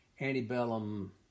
antebellum